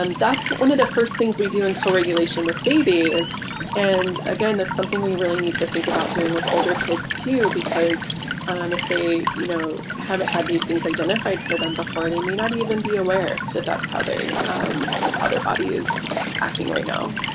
um that's one of the first things we do in coregulation with babies and again that's something we really need to think about doing with older kids too because um if they you know haven't had these things identified for them before they may not even be aware that that's how they that's how their body is acting right now.